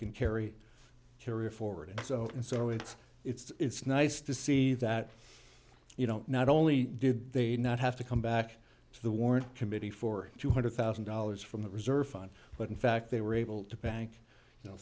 can carry carry forward so and so it's it's nice to see that you don't not only did they not have to come back to the warren committee for two hundred thousand dollars from the reserve fund but in fact they were able to bank you know